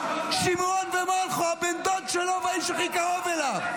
שמרון ומולכו, הבן דוד שלו והאיש הכי קרוב אליו.